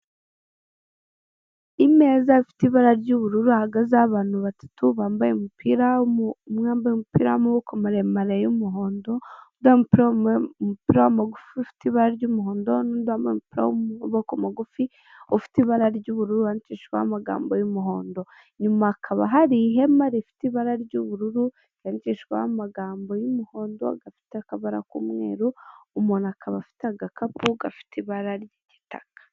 Imeza ifite ibara ry'ubururu hahagazeho abantu batatu bambaye umupira, umwe umupira w'amaboko maremare y'umuhondo, undi wambaye mupira w'amagufi ufite ibara ry'umuhondo, n'undi wambaye w'amaboko mugufi ufite ibara ry'ubururu wandikishijweho amagambo y'umuhondo. Inyuma hakaba hari ihema rifite ibara ry'ubururu ryandijishwaho amagambo y'umuhondo, gafite akabara k'umweru, umuntu akaba afite agakapu gafite ibara ry'igitaka.